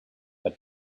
but